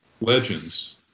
Legends